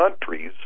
countries